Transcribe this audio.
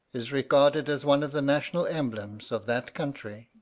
is regarded as one of the national emblems of that country.